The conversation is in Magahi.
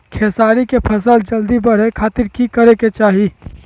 खेसारी के फसल जल्दी बड़े के खातिर की करे के चाही?